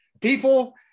People